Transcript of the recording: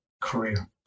career